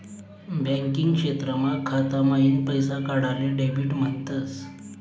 banking क्षेत्रमा खाता माईन पैसा काढाले डेबिट म्हणतस